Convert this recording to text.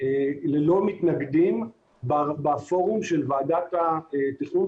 ללא מתנגדים בפורום של ועדת התכנון,